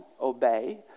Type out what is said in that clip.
obey